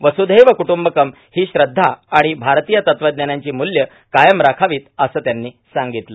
वस्रुधैव क्रुटूंबकम् ही श्रद्धा आणि भारतीय तत्वज्ञानाची मूल्यं कायम राखावीत असं त्यांनी सांगितलं